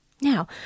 Now